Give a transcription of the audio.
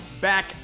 back